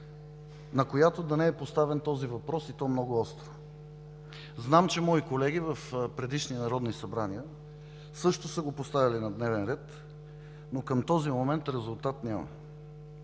да не е поставян този въпрос и то много остро. Знам, че мои колеги в предишни народни събрания също са го поставяли на дневен ред, но към този момент резултат няма.